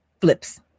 flips